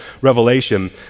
revelation